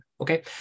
Okay